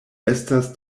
estas